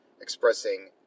expressing